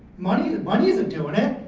money money isn't doing it,